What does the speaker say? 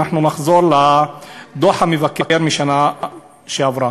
אנחנו נחזור לדוח המבקר מהשנה שעברה,